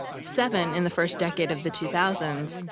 seven in the first decade of the two thousand